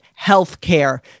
healthcare